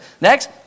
Next